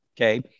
okay